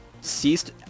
ceased